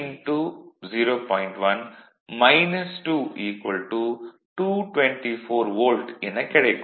1 2 224 volt எனக் கிடைக்கும்